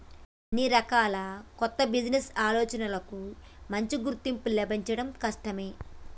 అన్ని రకాల కొత్త బిజినెస్ ఆలోచనలకూ మంచి గుర్తింపు లభించడం కష్టమే